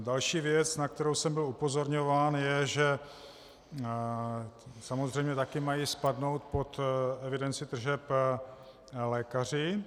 Další věc, na kterou jsem byl upozorňován, je, že samozřejmě také mají spadnout pod evidenci tržeb lékaři.